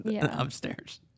upstairs